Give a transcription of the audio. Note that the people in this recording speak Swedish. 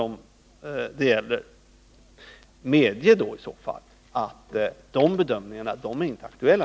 Medge i så fall att de bedömningarna inte längre är aktuella!